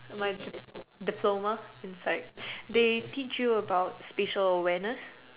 my dip~ diploma inside they teach you about spatial awareness